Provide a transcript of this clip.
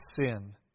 sin